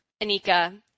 Anika